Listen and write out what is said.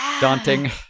daunting